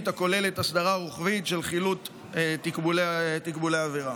הכוללת הסדרה רוחבית של חילוט תקבולי עבירה.